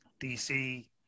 DC